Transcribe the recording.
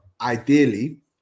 ideally